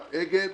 אגד,